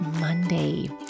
Monday